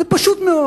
זה פשוט מאוד.